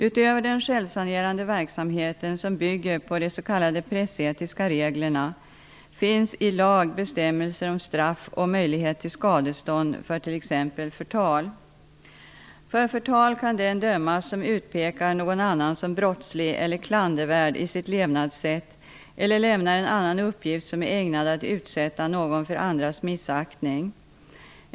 Utöver den självsanerande verksamheten, som bygger på de s.k. pressetiska reglerna, finns i lag bestämmelser om straff och möjlighet till skadestånd för t.ex. förtal. För förtal kan den dömas som utpekar någon annan som brottslig eller klandervärd i sitt levnadssätt eller lämnar en annan uppgift som är ägnad att utsätta någon för andras missaktning.